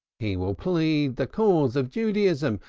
he will plead the cause of judaism,